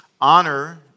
honor